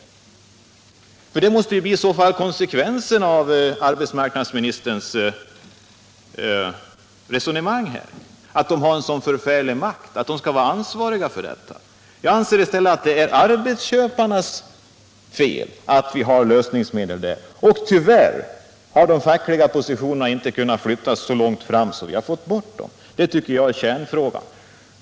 Men att de fackliga organisationerna skulle vara ansvariga för detta måste ju bli konsekvensen — Om åtgärder för att av arbetsmarknadsministerns resonemang om att de har så förfärligt stor — förhindra skador av makt. farliga lösningsme Jag anser i stället att det är arbetsköparnas fel att vi har lösningsmedel = del på arbetsplatserna. Och tyvärr har de fackliga positionerna inte kunnat flyttas så långt fram att vi fått bort medlen. Det tycker jag är kärnfrågan.